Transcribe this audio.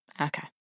Okay